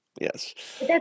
Yes